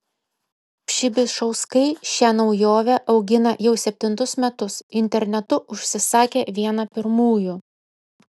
pšibišauskai šią naujovę augina jau septintus metus internetu užsisakė vieną pirmųjų